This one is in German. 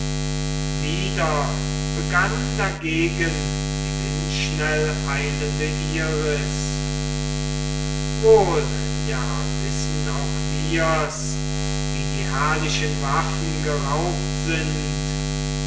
wieder begann dagegen die windschnell eilende iris wohl ja wissen auch wir's wie die herrlichen waffen geraubt sind